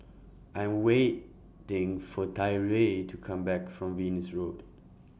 I'm waiting For Tyree to Come Back from Venus Road